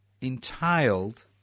entailed